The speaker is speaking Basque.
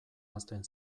hazten